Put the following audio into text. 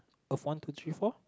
of one two three four